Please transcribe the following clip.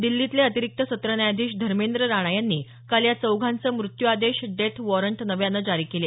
दिल्लीतले अतिरिक्त सत्र न्यायाधीश धर्मेंद्र राणा यांनी काल या चौघांचं मृत्यू आदेश डेथ वॉरंट नव्यानं जारी केलं